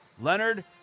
Leonard